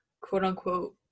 quote-unquote